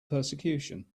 persecution